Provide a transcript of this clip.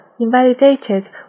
invalidated